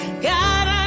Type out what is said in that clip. God